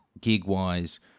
gig-wise